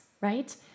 right